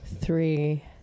three